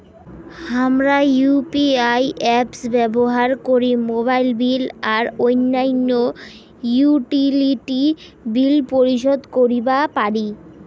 হামরা UPI apps ব্যবহার করি মোবাইল বিল আর অইন্যান্য ইউটিলিটি বিল পরিশোধ করিবা পারি